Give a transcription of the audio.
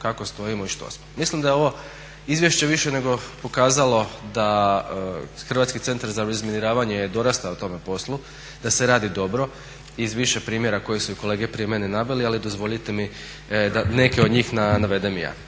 kako stojimo i što smo. Mislim da je ovo izvješće više nego pokazalo da HCR je dorastao tome poslu da se radi dobro iz više primjera koje su i kolege prije mene naveli, ali dozvolite mi da neke od njih navedem i ja.